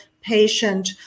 patient